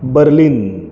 Berlin